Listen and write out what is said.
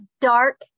dark